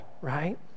right